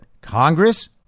Congress